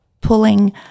pulling